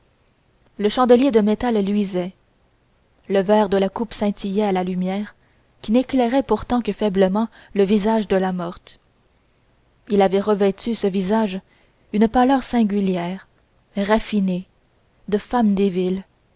le chandelier de métal luisait le verre de la coupe scintillait à la lumière qui n'éclairait pourtant que faiblement le visage de la morte il avait revêtu ce visage une pâleur singulière raffinée de femme des villes